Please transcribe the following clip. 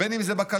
בין אם זה בכלכלה,